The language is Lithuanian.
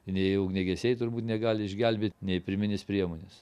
nei ugniagesiai turbūt negali išgelbėt nei pirminės priemonės